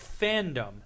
fandom